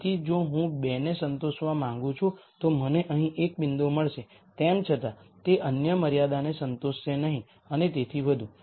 તેથી જો હું 2 ને સંતોષવા માંગુ છું તો મને અહીં એક બિંદુ મળશે તેમ છતાં તે અન્ય મર્યાદાને સંતોષશે નહીં અને તેથી વધુ